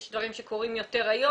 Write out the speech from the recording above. יש דברים שקורים יותר היום.